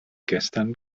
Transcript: gestern